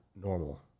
normal